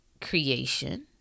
creation